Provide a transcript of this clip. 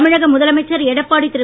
தமிழக முதலமைச்சர் எடப்பாடி திரு